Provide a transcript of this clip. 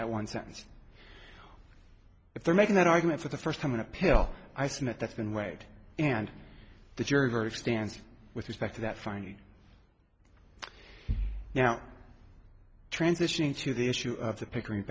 that one sentence if they're making that argument for the first time in a pill i submit that's been weighed and the jury verdict stands with respect to that finally now transitioning to the issue of the pickering